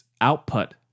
output